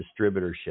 distributorship